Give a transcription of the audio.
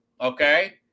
okay